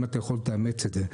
אם אתה יכול, תאמץ את זה.